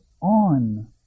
on